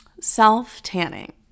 self-tanning